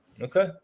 Okay